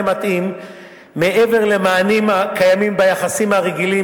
מתאים מעבר למענים הקיימים ביחסים הרגילים